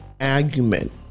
argument